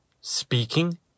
Speaking